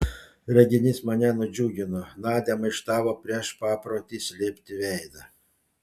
reginys mane nudžiugino nadia maištavo prieš paprotį slėpti veidą